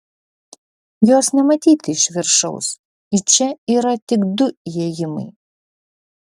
jos nematyti iš viršaus į čia yra tik du įėjimai